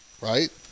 right